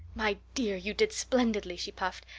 my dear, you did splendidly, she puffed.